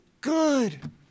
good